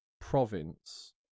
province